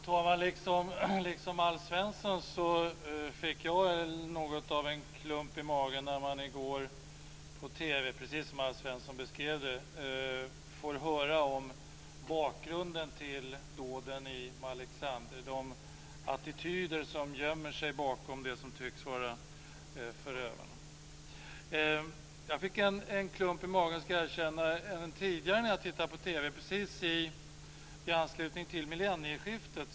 Fru talman! Liksom Alf Svensson fick jag något av en klump i magen när jag i går på TV, precis som Alf Svensson beskrev det, fick höra om bakgrunden till dåden i Malexander, om de attityder som gömmer sig bakom vad som tycks vara förövarna. Jag fick en klump i magen även tidigare en gång, ska jag erkänna, när jag tittade på TV precis i anslutning till millennieskiftet.